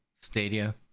Stadia